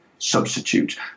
substitute